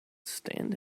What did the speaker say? stand